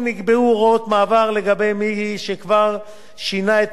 שכבר שינו את מצבם לפי ההגדרות הקיימות